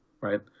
right